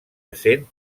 essent